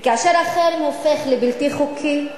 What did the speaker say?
כאשר החרם הופך לבלתי חוקי,